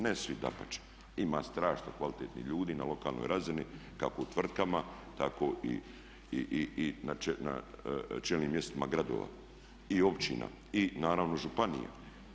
Ne svi, dapače, ima strašno kvalitetnih ljudi na lokalnoj razini, kako u tvrtkama tako i na čelnim mjestima gradova i općina i naravno županija.